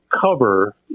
cover